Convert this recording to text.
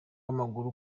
w’amaguru